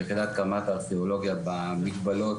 יחידת קמ"ט ארכיאולוגיה במגבלות